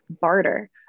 barter